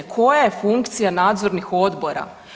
Koja je funkcija nadzornih odbora?